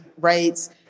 rates